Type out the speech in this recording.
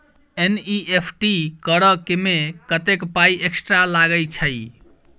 NEFT करऽ मे कत्तेक पाई एक्स्ट्रा लागई छई?